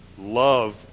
love